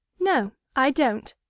no, i don't.